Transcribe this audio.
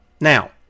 Now